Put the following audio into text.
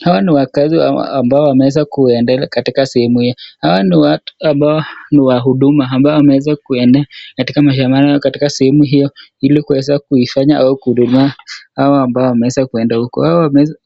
Hawa ni wakazi ambao wameweza kuendelea katika sehemu hiyo. Hawa ni watu ambao ni wahuduma ambao wameweza kuenea katika mashamba ama katika sehemu hiyo ili kuweza kuifanya au kuhudumia hawa ambao wameweza kwenda huku.